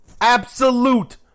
absolute